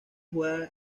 juega